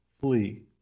Flee